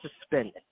suspended